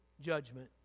judgment